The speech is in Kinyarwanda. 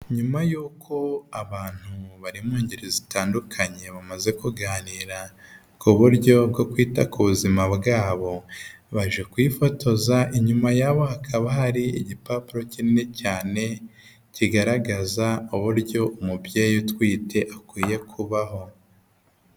Nyuma y'uko abantu bari mu ngeri zitandukanye bamaze kuganira ku buryo bwo kwita ku buzima bwabo, baje kwiyifotoza inyuma yabo hakaba hari igipapuro kinini cyane kigaragaza uburyo umubyeyi utwite akwiye kubaho.